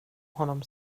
honom